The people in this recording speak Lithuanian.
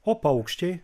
o paukščiai